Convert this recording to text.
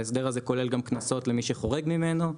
ההסדר הזה כולל גם קנסות למי שחורג ממנו,